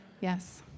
Yes